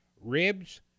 ribs